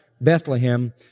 Bethlehem